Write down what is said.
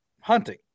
hunting